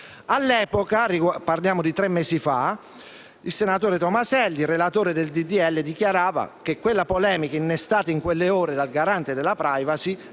All'epoca - parliamo di tre mesi fa - il senatore Tomaselli, relatore del disegno di legge, dichiarava che la polemica innestata in quelle ore dal Garante della *privacy*